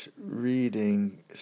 reading